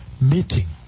meeting